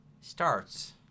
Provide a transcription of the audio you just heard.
Starts